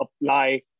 apply